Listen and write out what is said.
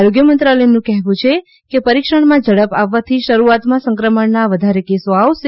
આરોગ્ય મંત્રાલયનું કહેવું છે કે પરિક્ષણમાં ઝડપ આવવાથી શરૂઆતમાં સંક્રમણના વધારે કેસો આવશે